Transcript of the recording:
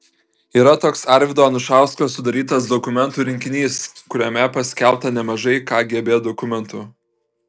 yra toks arvydo anušausko sudarytas dokumentų rinkinys kuriame paskelbta nemažai kgb dokumentų